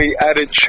attitude